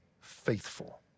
faithful